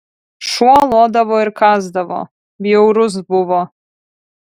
šuo lodavo ir kąsdavo bjaurus buvo